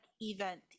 event